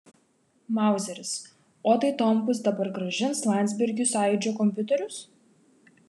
mauzeris o tai tomkus dabar grąžins landsbergiui sąjūdžio kompiuterius